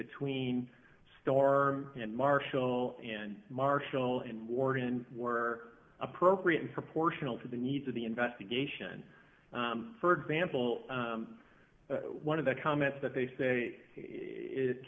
between store and marshall and marshall and morgan were appropriate and proportional to the needs of the investigation for example one of the comments that they say it